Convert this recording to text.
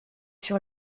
sur